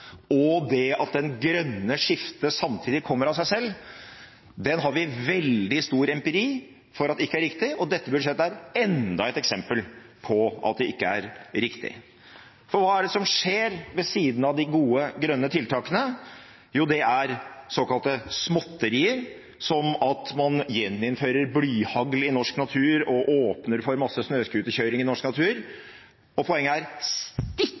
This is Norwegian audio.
og det at det grønne skiftet samtidig kommer av seg selv, har vi veldig stor empiri for at ikke er riktig, og dette budsjettet er enda et eksempel på at det ikke er riktig. For hva er det som skjer ved siden de gode grønne tiltakene? Jo, det er såkalte småtterier, som at man gjeninnfører blyhagl i norsk natur og åpner for masse snøscooterkjøring i norsk natur, og poenget er: stikk